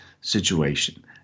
situation